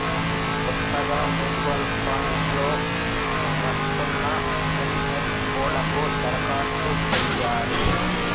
కొత్తగా mutual funds లో వస్తున్న ఎన్.ఎఫ్.ఓ లకు దరఖాస్తు చేయాలి